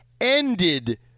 ended